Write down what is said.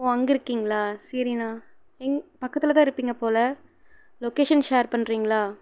ஓ அங்கே இருக்கீங்களா சரிணா என் பக்கத்திக் தான் இருப்பீங்க போல லொக்கேஷன் ஷேர் பண்றீங்களா